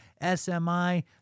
SMI